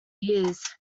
years